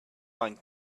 find